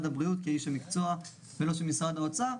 הבריאות כאיש המקצוע ולא של משרד האוצר.